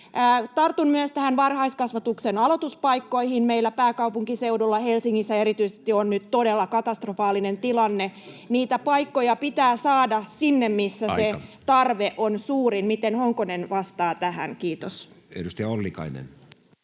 Tartun myös varhaiskasvatuksen aloituspaikkoihin. Meillä pääkaupunkiseudulla, Helsingissä erityisesti, on nyt todella katastrofaalinen tilanne. Niitä paikkoja pitää saada sinne, [Puhemies: Aika!] missä tarve on suurin. Miten Honkonen vastaa tähän? — Kiitos. [Speech